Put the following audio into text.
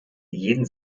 jeden